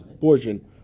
portion